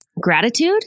Gratitude